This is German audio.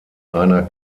einer